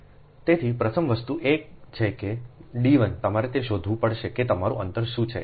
તેથી પ્રથમ વસ્તુ એ છે કે d 1 તમારે તે શોધવું પડશે કે તમારું અંતર શું છે 1